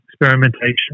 experimentation